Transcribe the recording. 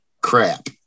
crap